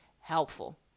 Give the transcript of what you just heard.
helpful